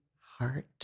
heart